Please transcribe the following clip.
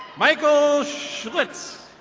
michael shlitz.